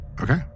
okay